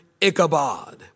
Ichabod